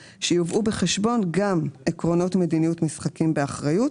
הימורים יובאו בחשבון גם עקרונות מדיניות "משחקים באחריות",